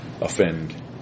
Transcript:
offend